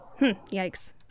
yikes